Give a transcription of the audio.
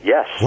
Yes